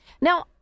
Now